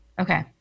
Okay